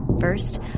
First